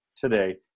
today